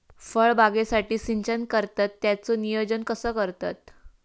फळबागेसाठी सिंचन करतत त्याचो नियोजन कसो करतत?